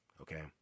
okay